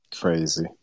Crazy